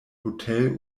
hotel